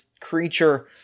creature